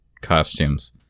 costumes